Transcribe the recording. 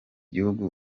gihugu